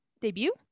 debut